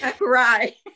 Right